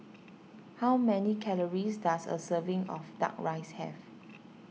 how many calories does a serving of Duck Rice have